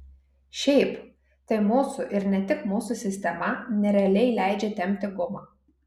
šiaip tai mūsų ir ne tik mūsų sistema nerealiai leidžia tempti gumą